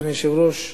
אדוני היושב-ראש,